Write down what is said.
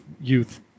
youth